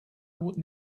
would